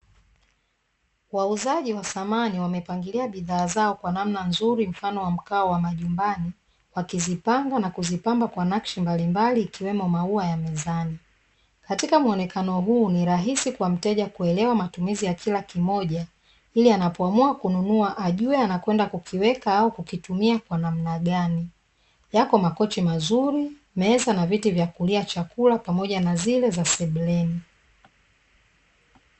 Wauzaji wa samani wamepangilia bidhaa zao kwa mkao wa majumbani, wakizipanga wakizipamba kwa nakishi mbalimbali na maua ya mezani katika muonekano huu ni rahisi kwa mteja kuelewa kila matumizi ya kila kimoja ili anapoamua kununua ajue anapokiweka au kukitumia kwa namna gani, yapo makochi mazuri meza pamoja na viti vya kulia chakula na zile za sebuleni.